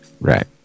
Right